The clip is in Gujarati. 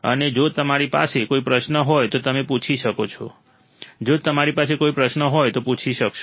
અને જો તમારી પાસે કોઈ પ્રશ્ન હોય તો તમે પૂછી શકો છો જો તમારી પાસે કોઈ પ્રશ્ન હોય તો પૂછી શકો છો